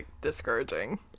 discouraging